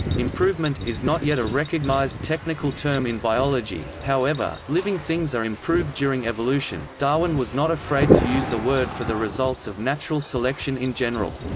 improvement is not yet a recognised technical term in biology, however, living things are improved during evolution, darwin was not afraid to use the word for the results of natural selection in general,